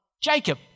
Jacob